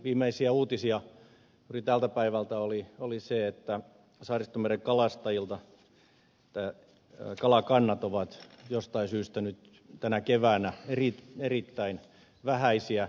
viimeisiä uutisia juuri tältä päivältä oli se että saaristomeren kalastajien kalakannat ovat jostain syystä tänä keväänä erittäin vähäisiä